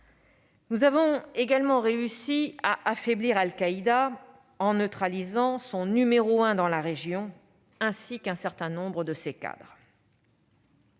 Nous avons également réussi à affaiblir Al-Qaïda en neutralisant son numéro un dans la région ainsi qu'un certain nombre de ses cadres.